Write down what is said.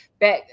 back